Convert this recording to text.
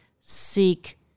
seek